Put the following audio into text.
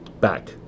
back